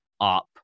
up